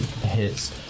hits